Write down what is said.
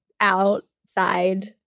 outside